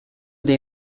dei